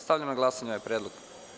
Stavljam na glasanje ovaj predlog.